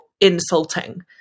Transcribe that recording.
insulting